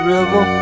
River